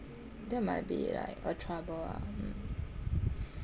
that might be like a trouble ah mm